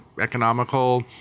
economical